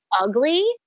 ugly